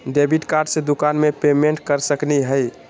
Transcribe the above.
Debit card से दुकान में पेमेंट कर सकली हई?